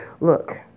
look